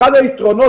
אחד היתרונות,